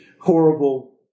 horrible